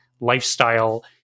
lifestyle